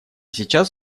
сейчас